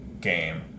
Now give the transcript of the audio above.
game